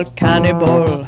cannibal